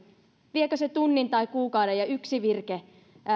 viekö se tunnin tai kuukauden ja yksi virke